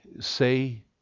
say